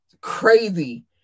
crazy